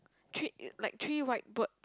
three like three white birds